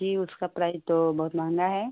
जी उसका प्राइज तो बहुत महँगा है